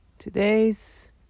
Today's